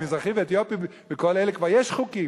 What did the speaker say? מזרחים ואתיופים וכל אלה, כבר יש חוקים.